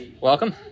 welcome